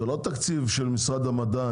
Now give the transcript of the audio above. זה לא תקציב של משרד המדע,